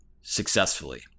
successfully